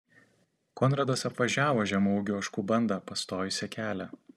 konradas apvažiavo žemaūgių ožkų bandą pastojusią kelią